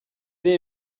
iri